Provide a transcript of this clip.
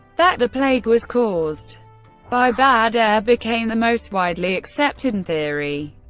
that the plague was caused by bad air became the most widely accepted theory.